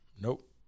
Nope